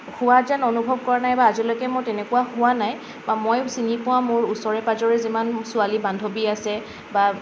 হোৱা যেন অনুভৱ কৰা নাই বা আজিলৈকে মোৰ তেনেকুৱা হোৱা নাই বা মই চিনি পোৱা মোৰ ওচৰে পাজৰে যিমান ছোৱালী বান্ধৱী আছে বা